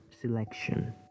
selection